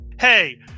hey